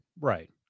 Right